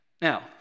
Now